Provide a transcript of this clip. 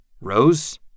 Rose